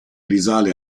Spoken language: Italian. risale